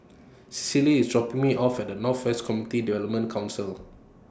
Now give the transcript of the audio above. Cicely IS dropping Me off At North West Community Development Council